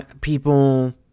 people